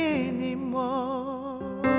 anymore